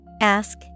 Ask